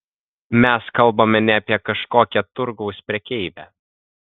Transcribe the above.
mes kalbame ne apie kažkokią turgaus prekeivę